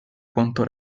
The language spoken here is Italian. quanto